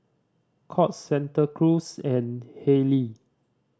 Courts Santa Cruz and Haylee